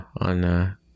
on